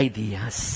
Ideas